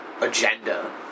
agenda